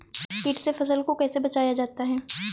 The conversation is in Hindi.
कीट से फसल को कैसे बचाया जाता हैं?